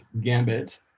gambit